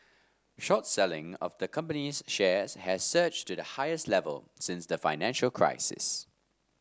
short selling of the company's shares has surged to the highest level since the financial crisis